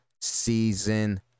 season